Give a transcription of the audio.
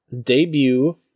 debut